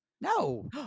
No